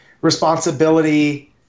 responsibility